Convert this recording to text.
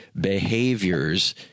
behaviors